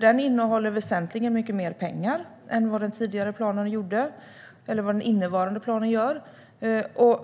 Den innehåller väsentligt mer pengar än vad den nu gällande planen gör.